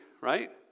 Right